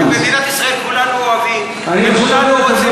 את מדינת ישראל כולנו אוהבים וכולנו רוצים,